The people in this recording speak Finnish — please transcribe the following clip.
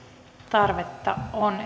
tarvetta on